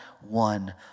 one